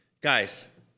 guys